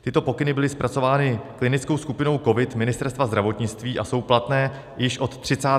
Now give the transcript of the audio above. Tyto pokyny byly zpracovány klinickou skupinou COVID Ministerstva zdravotnictví a jsou platné již od 30. března.